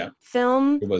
film